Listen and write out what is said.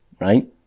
right